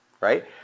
right